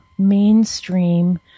mainstream